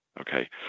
okay